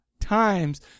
times